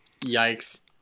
Yikes